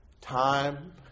time